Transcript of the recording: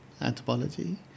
anthropology